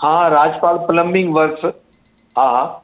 हा Rajpal plumbing works हा हा